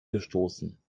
gestoßen